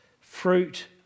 fruit